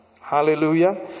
Hallelujah